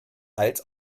als